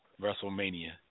WrestleMania